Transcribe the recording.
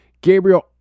Gabriel